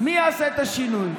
מי יעשה את השינוי?